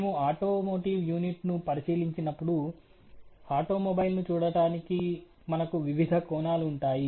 మేము automotive unit ను పరిశీలించినప్పుడు ఆటోమొబైల్ను చూడటానికి మనకు వివిధ కోణాలు ఉంటాయి